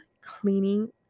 cleaning